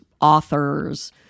authors